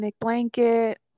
blanket